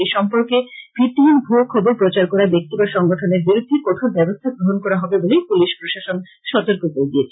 এই সম্পর্কে ভিত্তিহীন ভূয়ো খবর প্রচার করা ব্যক্তি বা সংগঠনের বিরুদ্ধে কঠোর ব্যবস্থা গ্রহন করা হবে বলে পুলিশ প্রশাসন সতর্ক করে দিয়েছে